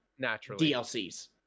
DLCs